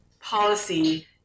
policy